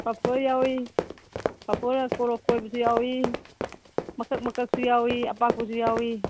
ꯄꯥꯐꯣꯔ ꯌꯥꯎꯏ ꯄꯥꯐꯣꯔ ꯀꯣꯔꯣꯛ ꯀꯣꯏꯕꯁꯨ ꯌꯥꯎꯏ ꯃꯀꯛ ꯃꯀꯛꯁꯨ ꯌꯥꯎꯏ ꯑꯄꯥꯛꯄꯁꯨ ꯌꯥꯎꯏ